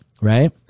Right